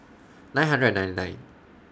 nine hundred and ninety nine